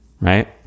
right